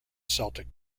celtic